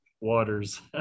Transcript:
waters